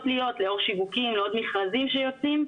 להיות לאור שיווקים או מכרזים שיוצאים,